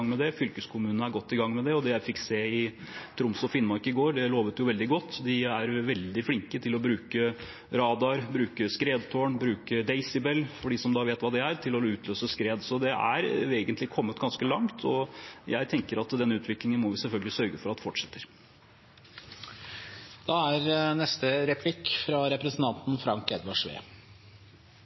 med det, Fylkeskommunene er godt i gang med det, og det jeg fikk se i Troms og Finnmark i går, lovet veldig godt. De er veldig flinke til å bruke radar, skredtårn og Daisybell – for dem som vet hva det er – til å utløse skred. Så dette er egentlig kommet ganske langt. Jeg tenker at den utviklingen må vi selvfølgelig sørge for at